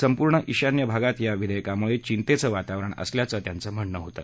संपूर्ण ईशान्य भागात या विधेयकामुळे चिंतेचं वातावरण असल्याचं त्यांचं म्हणणं होतं